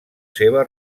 seva